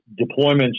deployments